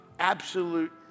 absolute